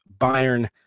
Bayern